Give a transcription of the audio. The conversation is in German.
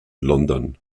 london